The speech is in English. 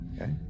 Okay